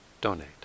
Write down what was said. donate